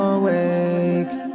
awake